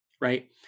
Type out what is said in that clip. right